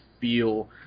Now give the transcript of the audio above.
feel